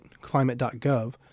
climate.gov